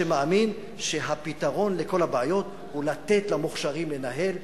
שמאמין שהפתרון לכל הבעיות הוא לתת למוכשרים לנהל,